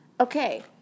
Okay